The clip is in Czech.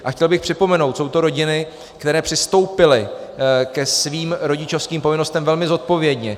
A chtěl bych připomenout, jsou to rodiny, které přistoupily ke svým rodičovským povinnostem velmi zodpovědně.